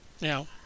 Now